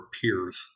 peers